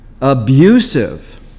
abusive